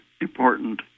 important